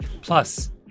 Plus